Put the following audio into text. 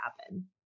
happen